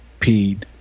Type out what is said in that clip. peed